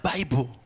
Bible